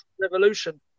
revolution